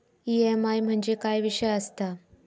EMI म्हणजे काय विषय आसता?